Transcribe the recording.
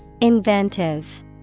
Inventive